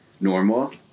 normal